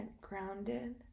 grounded